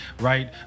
right